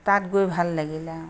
তাত গৈ ভাল লাগিলে অঁ